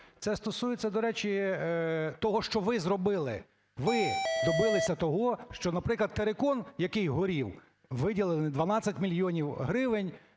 Це стосується, до речі, того, що ви зробили. Ви добилися того, що, наприклад, терикон, який горів, виділив 12 мільйонів гривень